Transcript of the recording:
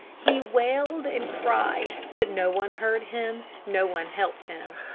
he wailed and cried, but no one heard him, no one helped him.